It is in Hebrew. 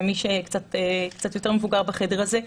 למי שקצת יותר מבוגר בחדר הזה וזוכר.